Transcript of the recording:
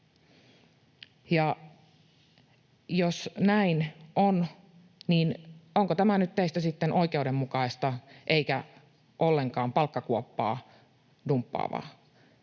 jos näin on, niin onko tämä nyt teistä sitten oikeudenmukaista eikä ollenkaan palkkakuoppaa dumppaavaa,